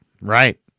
right